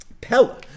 Pella